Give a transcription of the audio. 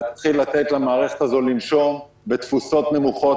להתחיל לתת למערכת הזאת לנשום בתפוסות נמוכות,